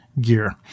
gear